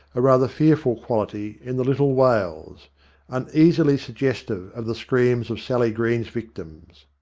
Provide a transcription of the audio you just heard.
a rather fearful quality, in the little wails uneasily suggestive of the screams of sally green's victims.